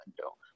window